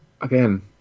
again